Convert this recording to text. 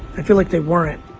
i feel like they weren't.